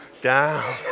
down